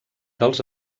dels